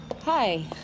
Hi